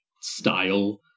style